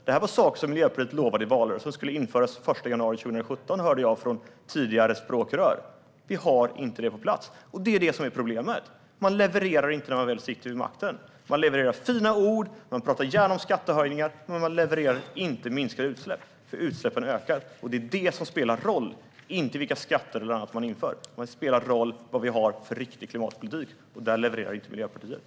Det här var saker som Miljöpartiet i valrörelsen lovade skulle införas den 1 januari 2017, hörde jag från tidigare språkrör. Vi har inte det på plats. Det är det som är problemet. Man levererar inte när man väl sitter vid makten. Man levererar fina ord. Man pratar gärna om skattehöjningar, men man levererar inte minskade utsläpp. Utsläppen ökar. Det är det som spelar roll, inte vilka skatter eller annat man inför. Det spelar roll att vi har en riktig klimatpolitik, och där levererar inte Miljöpartiet.